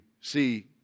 see